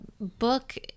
book